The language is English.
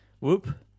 whoop